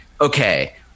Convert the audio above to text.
okay